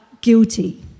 guilty